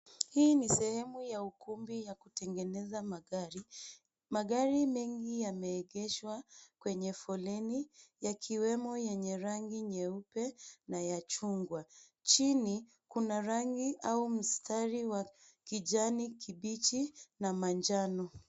Hii ni sehemu ya ukumbi ya kutengeneza magari. Magari mengi yameegeshwa kwenye foleni, yakiwemo yenye rangi nyeupe na ya chungwa. Chini, kuna rangi au mstari wa kijani kibichi na manjano.